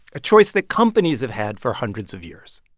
a choice that companies have had for hundreds of years.